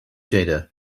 data